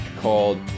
called